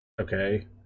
okay